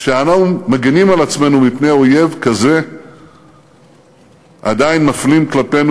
כשאנחנו מגינים על עצמנו מפני אויב כזה עדיין מפנים כלפינו